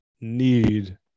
need